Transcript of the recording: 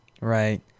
Right